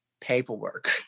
paperwork